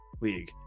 league